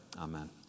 Amen